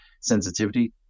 sensitivity